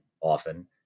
often